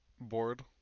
Bored